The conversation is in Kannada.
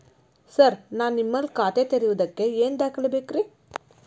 ಸರ್ ನಾನು ನಿಮ್ಮಲ್ಲಿ ಖಾತೆ ತೆರೆಯುವುದಕ್ಕೆ ಏನ್ ದಾಖಲೆ ಬೇಕ್ರಿ?